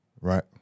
right